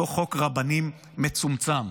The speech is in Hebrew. אותו חוק רבנים מצומצם.